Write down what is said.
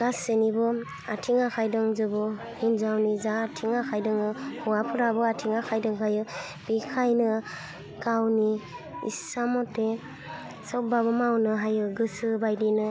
गासिनिबो आथिं आखाइ दंजोबो हिन्जावनि जा आथिं आखाइ दङो हौवाफ्राबो आथिं आखाइ दंखायो बेखायनो गावनि इस्सा मटे सबबाबो मावनो हायो गोसो बायदिनो